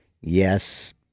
Yes